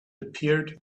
appeared